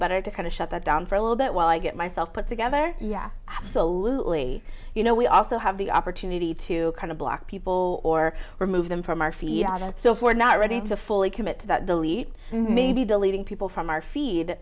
better to kind of shut that down for a little bit while i get myself put together yeah absolutely you know we also have the opportunity to kind of black people or remove them from our feet so if we're not ready to fully commit to that delete maybe deleting people from our feed